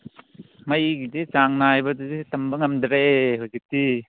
ꯃꯩꯒꯤꯗꯤ ꯆꯥꯡ ꯅꯥꯏꯕꯗꯨꯗꯤ ꯇꯝꯕ ꯉꯝꯗ꯭ꯔꯦ ꯍꯧꯖꯤꯛꯇꯤ